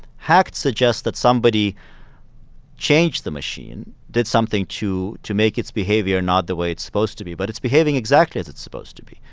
hacked suggests that somebody changed the machine, did something to to make its behavior behavior not the way it's supposed to be. but it's behaving exactly as it's supposed to be.